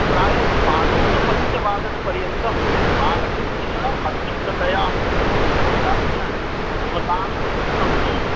प्रायः पादोनपञ्चवादनपर्यन्तं बालकस्य अतिरिक्ततया अहं प्रशिक्षणं दास्यामि भवतां गृहं तु